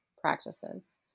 practices